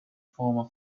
form